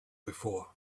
before